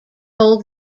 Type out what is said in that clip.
told